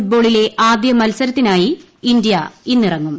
ഫുട്ബോളിലെ ആദ്യ മത്സരത്തിനായി ഇന്ത്യ ഇന്നിറങ്ങും